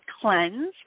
cleanse